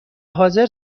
حاضر